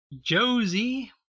Josie